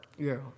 Girl